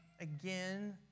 again